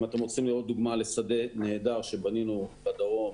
אם אתם רוצים לראות דוגמה לשדה נהדר שבנינו בדרום,